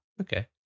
okay